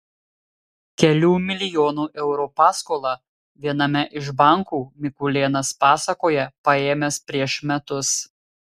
kelių milijonų eurų paskolą viename iš bankų mikulėnas pasakoja paėmęs prieš metus